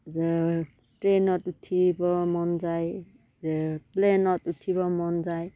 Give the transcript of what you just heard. যে ট্ৰেইনত উঠিব মন যায় প্লেনত উঠিব মন যায়